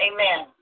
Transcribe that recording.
Amen